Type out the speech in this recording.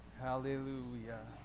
Hallelujah